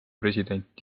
president